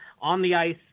on-the-ice